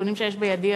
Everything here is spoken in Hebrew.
שמהנתונים שיש בידי,